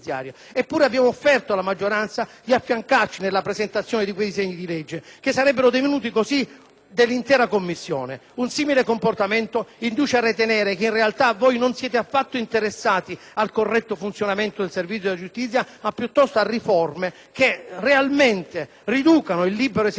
legge, che sarebbero divenuti così dell'intera Commissione. Un simile comportamento induce a ritenere che, in realtà, voi non siete affatto interessati al corretto funzionamento del servizio della giustizia, ma piuttosto a riforme che realmente riducano il libero esercizio della giurisdizione, con l'attività debitamente controllata dal potere governativo. Chiudo